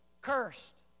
cursed